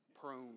prone